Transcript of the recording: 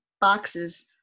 boxes